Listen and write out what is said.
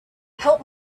help